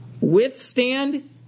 withstand